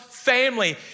Family